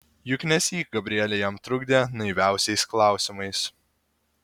juk nesyk gabrielė jam trukdė naiviausiais klausimais